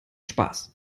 spaß